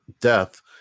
death